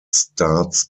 starts